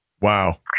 Wow